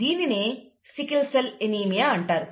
దీనినే sickle cell anaemia అంటారు